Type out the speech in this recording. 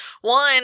One